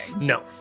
no